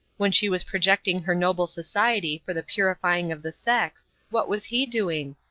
when she was projecting her noble society for the purifying of the sex, what was he doing?